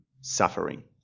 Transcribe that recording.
suffering